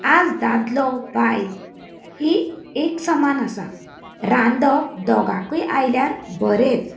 आयज दादलो बायल ही एकसमान आसा रांदंप दोगांक आयल्यार बरेंच